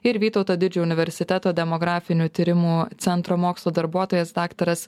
ir vytauto didžiojo universiteto demografinių tyrimų centro mokslo darbuotojas daktaras